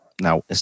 now